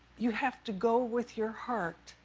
you have to go with your heart.